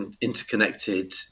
interconnected